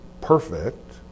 perfect